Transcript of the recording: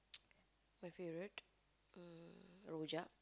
my favourite um rojak